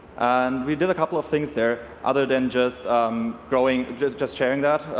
and we did a couple of things there other than just growing, just just sharing that.